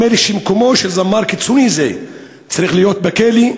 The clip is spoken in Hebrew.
נדמה לי שמקומו של זמר קיצוני זה צריך להיות בכלא,